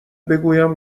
بگویم